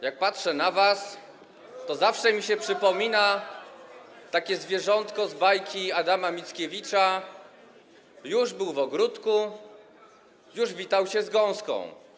Jak patrzę na was, to zawsze mi się przypomina takie zwierzątko z bajki Adama Mickiewicza: Już był w ogródku, już witał się z gąską.